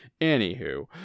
anywho